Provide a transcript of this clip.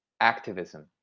activism